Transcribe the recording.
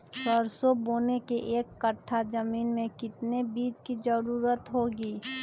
सरसो बोने के एक कट्ठा जमीन में कितने बीज की जरूरत होंगी?